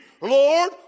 Lord